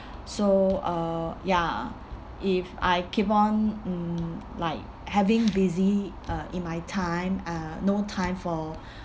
so uh ya if I keep on mm like having busy uh in my time uh no time for